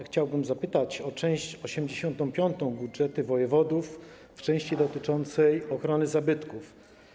Chciałbym zapytać o część 85: Budżety wojewodów, w części dotyczącej ochrony zabytków.